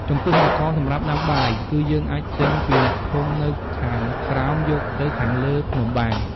ចំពោះអង្ករសម្រាប់ដាំបាយ គឺយើងអាចទិញពីអ្នកភូមិនៅខាងក្រោមយកទៅខាងលេីភ្នំបាន។